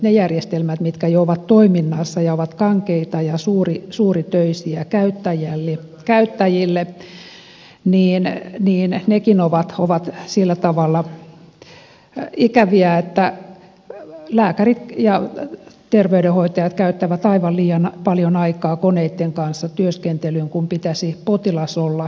ja nekin järjestelmät jotka jo ovat toiminnassa jotka ovat kankeita ja suuritöisiä käyttäjilleen ovat sillä tavalla ikäviä että lääkärit ja terveydenhoitajat käyttävät aivan liian paljon aikaa koneitten kanssa työskentelyyn kun potilaan pitäisi olla keskiössä